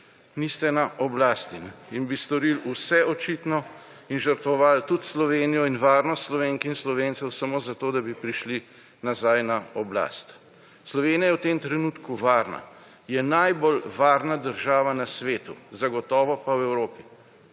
niste na oblasti in bi storili vse, očitno, in žrtvovali tudi Slovenijo in varnost Slovenk in Slovencev samo zato, da bo prišli nazaj na oblast. Slovenija je v tem trenutku varna. Je najbolj varna država na svetu, zagotovo pa v Evropi.